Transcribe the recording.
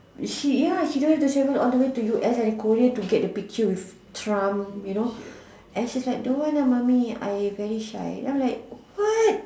she ya she don't have to travel all the way to us or Korea to take picture with Trump you know don't want uh mummy I very shy and I'm like what